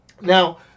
Now